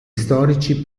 storici